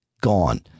gone